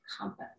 compass